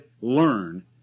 learn